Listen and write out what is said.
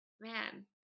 man